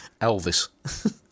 Elvis